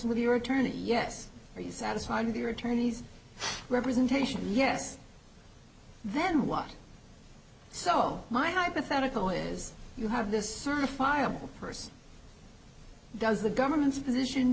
with your attorney yes are you satisfied with your attorney's representation yes then what so my hypothetical is you have this certifiable person does the government's position